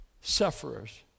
sufferers